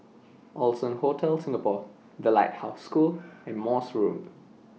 Allson Hotel Singapore The Lighthouse School and Morse Road